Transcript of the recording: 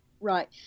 Right